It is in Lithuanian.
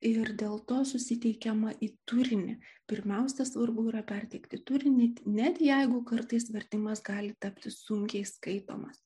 ir dėl to susiteikiama į turinį pirmiausia svarbu yra perteikti turinį net jeigu kartais vertimas gali tapti sunkiai skaitomas